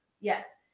Yes